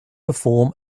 perform